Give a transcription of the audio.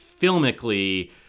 filmically